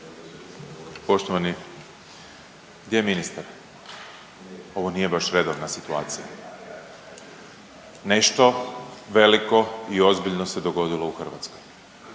Poštovani, gdje je ministar, ovo nije baš redovna situacija. Nešto veliko i ozbiljno se dogodilo u Hrvatskoj,